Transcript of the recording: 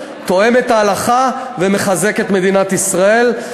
תואם את ההלכה ומחזק את מדינת ישראל.